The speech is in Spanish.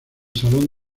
salón